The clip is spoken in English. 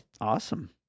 Awesome